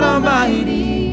Almighty